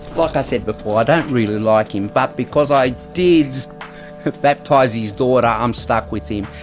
like i said before, i don't really like him, but because i did baptise his daughter, i'm stuck with him.